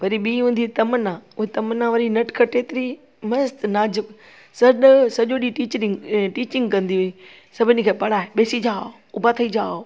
वरी ॿी हूंदी तमना उहो तमना वरी नटखट एतिरी मस्तु नाज़ुक सॼो सॼो ॾींहुं टीचरिंग टीचिंग कंदी हुई सभिनीनि खे पढ़ाए ॿैसी जाओ उभती जाओ